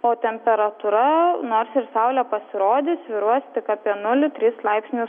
o temperatūra nors ir saulė pasirodys svyruos tik apie nulį tris laipsnius